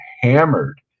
hammered